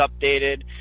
updated